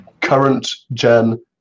current-gen